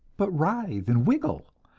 but writhe and wiggle.